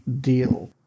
deal